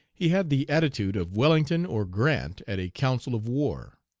he had the attitude of wellington or grant at a council of war.